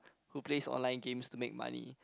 who plays online games to make money